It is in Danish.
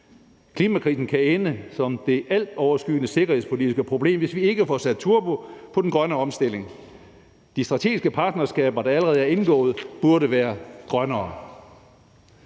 Klimakrisen kan ende som det altoverskyggende sikkerhedspolitiske problem, hvis vi ikke får sat turbo på den grønne omstilling. De strategiske partnerskaber, der allerede er indgået, burde være grønnere.